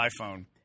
iPhone